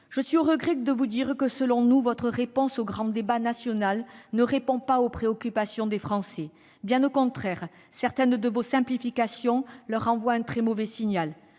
Je suis au regret de devoir vous dire que, selon nous, votre réponse au grand débat national ne répond pas aux préoccupations des Français. Bien au contraire, certaines de vos « simplifications » leur envoient un très mauvais signal.